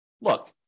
look